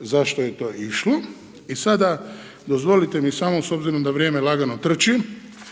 zašto je to išlo. I sada dozvolite mi samo, s obzirom da vrijeme lagano trči,